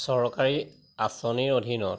চৰকাৰী আঁচনিৰ অধীনত